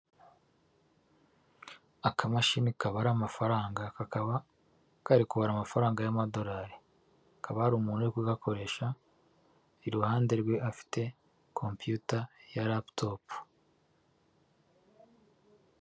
Akamashini kabara amafaranga, kakaba kari kubara amafaranga y'amadorari, hakaba hari umuntu uri kugakoresha iruhande rwe afite computer ya laputopu.